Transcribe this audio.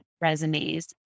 resumes